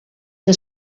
que